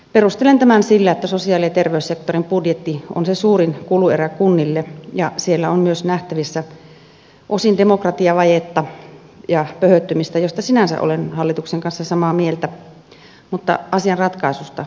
perustelen tätä sillä että sosiaali ja terveyssektorin budjetti on se suurin kuluerä kunnille ja siellä on myös nähtävissä osin demokratiavajetta ja pöhöttymistä mistä sinänsä olen hallituksen kanssa samaa mieltä mutta asian ratkaisusta olen eri mieltä